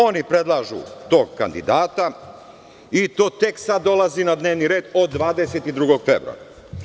Oni predlažu tog kandidata i to tek sada dolazi na dnevni red od 22. februara.